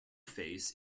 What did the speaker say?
face